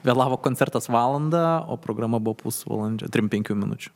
vėlavo koncertas valandą o programa buvo pusvalandžio trisdešimt penkių minučių